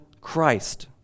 Christ